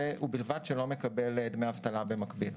ובלבד שלא מקבל דמי אבטלה במקביל.